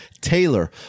taylor